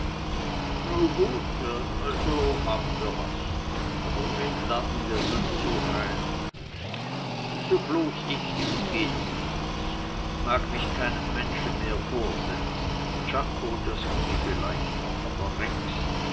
gut also wir haben was aber wen laden wir dazu ein so bloß ich das geht nicht ich mag mich keinem menschen mehr vorsetzen czako das ginge vielleicht noch aber rex